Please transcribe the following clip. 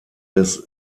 des